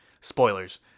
Spoilers